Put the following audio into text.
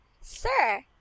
Sir